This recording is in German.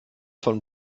von